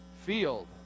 field